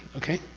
okay?